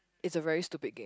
it's a very stupid game